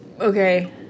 Okay